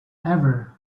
ever